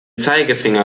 zeigefinger